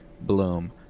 bloom